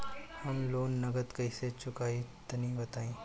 हम लोन नगद कइसे चूकाई तनि बताईं?